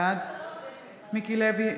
בעד מיקי לוי,